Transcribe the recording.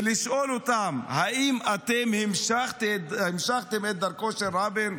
ולשאול אותם: האם אתם המשכתם את דרכו של רבין?